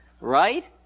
right